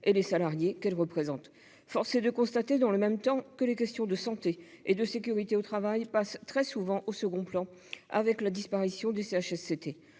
et les salariés qu'elles représentent. Force est de constater, dans le même temps, que les questions de santé et de sécurité au travail passent très souvent au second plan, avec la disparition des CHSCT.